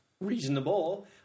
reasonable